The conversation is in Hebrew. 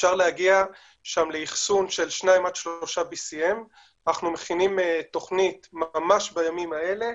אפשר להגיע שם לאחסון של 3-2 BCM. אנחנו מכינים תכנית ממש בימים האלה.